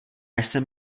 jsem